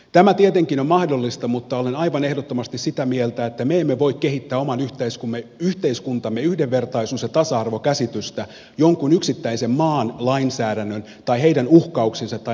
tämä tietenkin on mahdollista mutta olen aivan ehdottomasti sitä mieltä että me emme voi kehittää oman yhteiskuntamme yhdenvertaisuus ja tasa arvokäsitystä jonkun yksittäisen maan lainsäädännön tai heidän uhkauksiensa tai näkökulmiensa mukaan